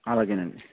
అలాగేనండీ